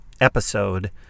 episode